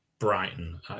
Brighton